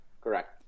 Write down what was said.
Correct